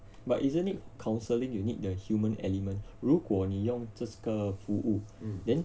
but isn't it counselling you need the human element 如果你用这个服务 then